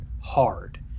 hard